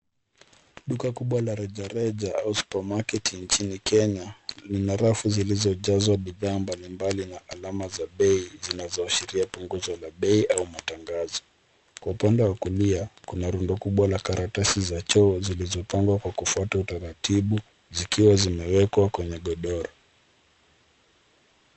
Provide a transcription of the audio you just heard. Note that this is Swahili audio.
Duka kubwa la rejareja au supermarket nchini Kenya lina rafu zilizojazwa bidhaa mbalimbali na alama za bei zinazoashiria punguzo la bei au matangazo. Kwa upande wa kulia kuna rundo kubwa la karatasi za choo zilizopangwa kwa kufuata utaratibu zikiwa zimewekwa kwenye godoro.